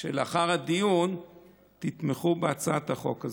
שלאחר הדיון תתמכו בהצעת החוק הזאת.